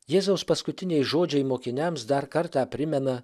jėzaus paskutiniai žodžiai mokiniams dar kartą primena